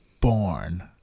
born